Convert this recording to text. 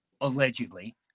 Allegedly